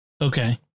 Okay